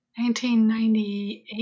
1998